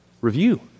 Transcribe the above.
Review